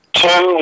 two